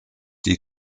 die